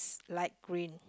light green